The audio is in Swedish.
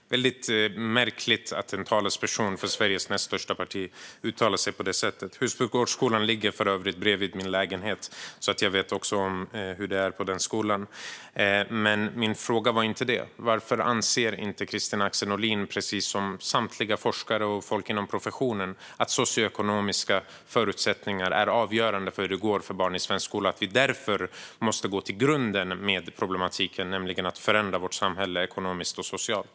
Det är märkligt att en talesperson för Sveriges näst största parti uttalar sig på det sättet. Husbygårdsskolan ligger för övrigt bredvid min lägenhet, så jag vet hur det är på den skolan. Men min fråga gällde inte detta. Varför anser inte Kristina Axén Olin, precis som samtliga forskare och folk inom professionen, att socioekonomiska förutsättningar är avgörande för hur det går för barn i svensk skola? Vi måste därför gå till grunden med problemen, nämligen att förändra vårt samhälle ekonomiskt och socialt.